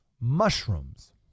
mushrooms